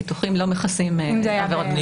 ביטוחים לא מכסים עבירות פליליות.